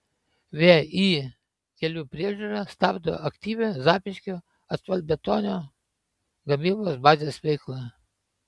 vį kelių priežiūra stabdo aktyvią zapyškio asfaltbetonio gamybos bazės veiklą